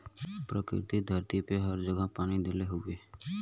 प्रकृति धरती पे हर जगह पानी देले हउवे